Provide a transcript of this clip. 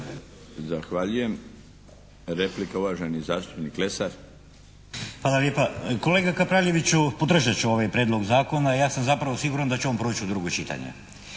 Zahvaljujem. Replika uvaženi zastupnik Lesar. **Lesar, Dragutin (HNS)** Hvala lijepa. Kolega Kapraljeviću podržat ću ovaj Prijedlog zakona. Ja sam zapravo siguran da će on proći u drugo čitanje